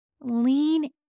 lean